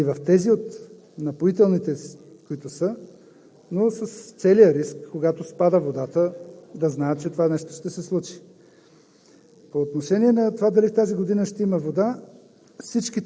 Има 6000 други язовира – там да правят тези упражнения, или в тези от напоителните, които са, но с целия риск, когато спада водата, да знаят, че това нещо ще се случи.